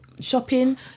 Shopping